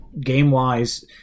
game-wise